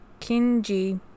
kinji